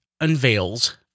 unveils